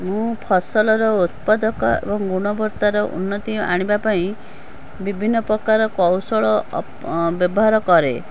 ମୁଁ ଫସଲର ଉତ୍ପାଦକ ଏବଂ ଗୁଣବତ୍ତାର ଉନ୍ନତି ଆଣିବା ପାଇଁ ବିଭିନ୍ନ ପ୍ରକାର କୌଶଳ ବ୍ୟବହାର କରେ